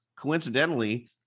coincidentally